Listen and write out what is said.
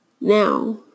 now